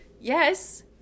yes